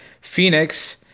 Phoenix